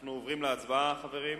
אנחנו עוברים להצבעה, חברים.